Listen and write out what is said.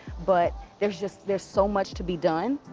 but there's just there's so much to be done.